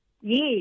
Yes